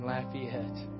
Lafayette